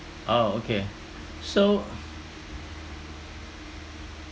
oh okay so